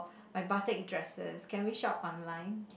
my batik dresses can we shop online